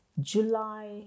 July